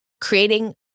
creating